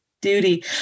duty